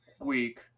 week